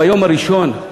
ביום הראשון,